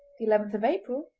eleventh of april,